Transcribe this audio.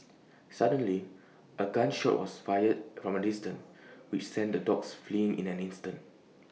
suddenly A gun shot was fired from A distance which sent the dogs fleeing in an instant